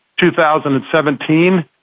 2017